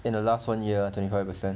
in the last one year twenty five percent